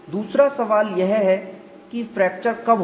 दूसरा सवाल यह है कि फ्रैक्चर कब होगा